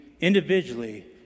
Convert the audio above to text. Individually